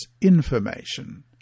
information